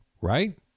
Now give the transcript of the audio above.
right